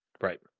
Right